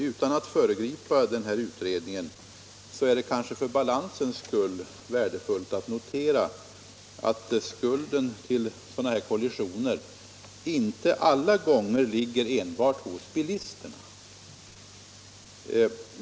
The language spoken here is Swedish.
Utan att föregripa den här utredningen är det emellertid ändå för balansens skull värdefullt att notera att skulden till sådana här kollisioner inte alltid ligger enbart hos bilisten.